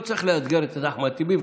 לא צריך לאתגר את אחמד טיבי,